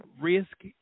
risk